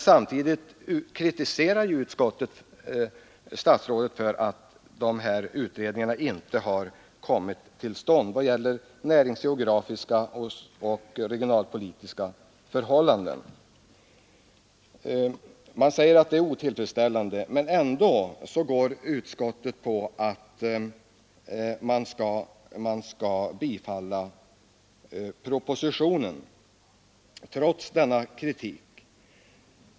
Samtidigt kritiserar emellertid utskottet statsrådet för att utredningarna inte har kommit till stånd utredningar om näringsgeografiska och regionalpolitiska förhållanden. Utskottet säger att detta är otillfredsställande, men ändå vill utskottet att man skall bifalla propositionen. Utskottet har en krystad motivering.